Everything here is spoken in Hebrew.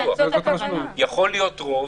יכול להיות רוב,